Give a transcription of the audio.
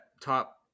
top